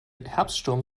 herbststurm